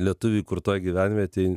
lietuvių įkurtoj gyvenvietėj